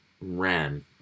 ran